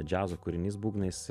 džiazo kūrinys būgnais